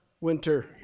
winter